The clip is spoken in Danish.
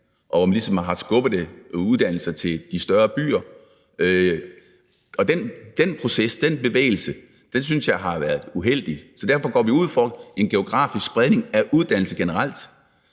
hvor man ligesom har skubbet uddannelser til de større byer, og den proces, den bevægelse, synes jeg har været uheldig. Så derfor går vi ind for en geografisk spredning af uddannelse generelt.